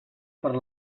per